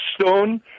stone